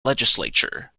legislature